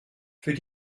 für